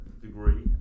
degree